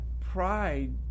pride